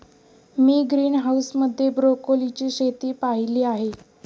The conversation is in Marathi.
मी ग्रीनहाऊस मध्ये ब्रोकोलीची शेती पाहीली आहे